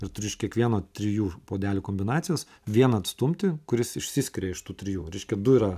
ir turi iš kiekvieno trijų puodelių kombinacijos vieną atstumti kuris išsiskiria iš tų trijų reiškia du yra